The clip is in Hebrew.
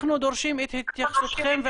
אנחנו דורשים את התייחסותכם,